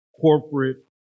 Corporate